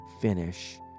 finish